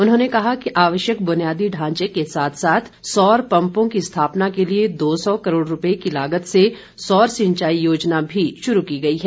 उन्होंने कहा कि आवश्यक बुनियादी ढांचे के साथ साथ सौर पम्पों की स्थापना के लिए दो सौ करोड़ रुपये की लागत से सौर सिंचाई योजना भी शुरू की गई है